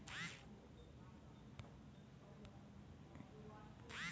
काळी माती कोणत्या पिकासाठी योग्य नाही?